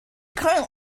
current